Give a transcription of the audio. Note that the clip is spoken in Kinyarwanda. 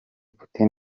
putin